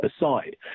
aside